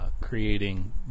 creating